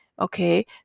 okay